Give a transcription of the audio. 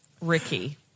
Ricky